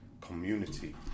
community